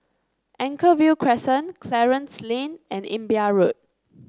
Anchorvale Crescent Clarence Lane and Imbiah Road